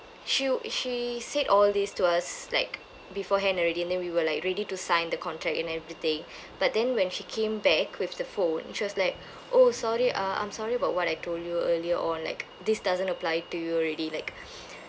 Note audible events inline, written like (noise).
she w~ she said all these to us like beforehand already and then we will like ready to sign the contract and everything (breath) but then when she came back with the phone she was like oh sorry uh I'm sorry about what I told you earlier on like this doesn't apply to you already like (breath)